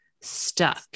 stuck